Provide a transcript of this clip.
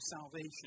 salvation